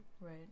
Right